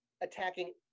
attacking